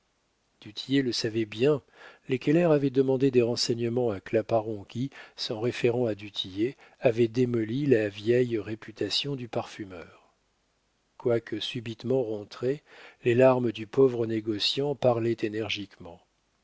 le savait bien les keller avaient demandé des renseignements à claparon qui s'en référant à du tillet avait démoli la vieille réputation du parfumeur quoique subitement rentrées les larmes du pauvre négociant parlaient